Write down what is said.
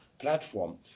platform